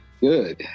Good